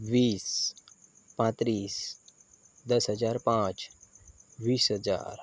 વીસ પાંત્રીસ દસ હજાર પાંચ વીસ હજાર